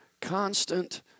constant